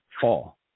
fall